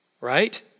right